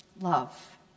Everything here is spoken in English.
Love